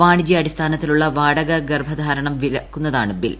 വാണിജ്യാടിസ്ഥാനത്തിലുള്ള വാടക ഗർഭധാരണം വിലക്കുന്നതാണ് ബിൽ